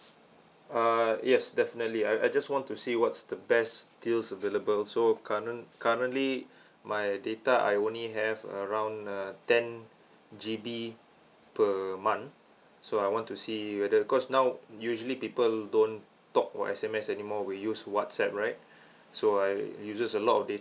uh yes definitely I I just want to see what's the best deals available so current currently my data I only have around uh ten G_B per month so I want to see whether because now usually people don't talk or S_M_S anymore we use whatsapp right so I uses a lot of da~